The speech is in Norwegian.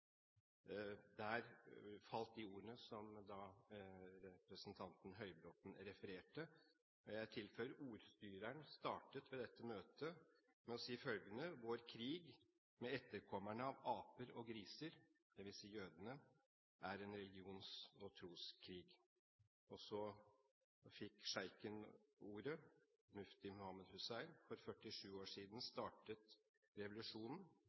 de ordene som representanten Høybråten refererte. Jeg tilføyer at ordstyreren startet dette møtet med å si følgende: «Vår krig med etterkommerne av aper og griser er en religions- og troskrig.» Så fikk sjeiken ordet, mufti Muhammad Hussein: «For 47 år siden startet revolusjonen.